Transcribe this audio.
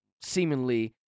seemingly